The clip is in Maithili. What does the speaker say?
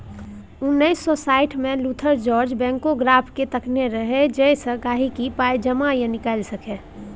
उन्नैस सय साठिमे लुथर जार्ज बैंकोग्राफकेँ तकने रहय जतयसँ गांहिकी पाइ जमा या निकालि सकै